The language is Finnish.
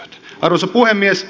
arvoisa puhemies